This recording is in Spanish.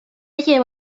llevo